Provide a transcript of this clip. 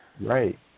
Right